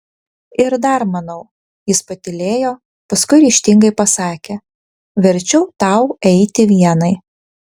ir dar manau jis patylėjo paskui ryžtingai pasakė verčiau tau eiti vienai